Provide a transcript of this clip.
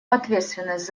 ответственность